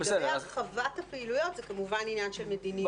לגבי הרחבת הפעילויות זה כמובן עניין של מדיניות.